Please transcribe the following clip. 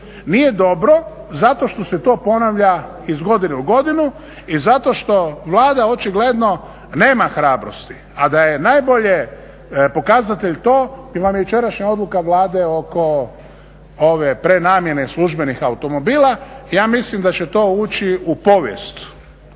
Nije dobro zato što se to ponavlja iz godine u godinu i zato što Vlada očigledno nema hrabrosti. A da je najbolje pokazatelj to vam je jučerašnja odluka Vlade oko ove prenamjene službenih automobila. Ja mislim da će to uči u povijest